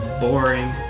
Boring